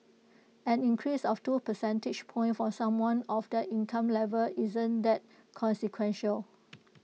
an increase of two percentage points for someone of that income level isn't that consequential